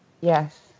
yes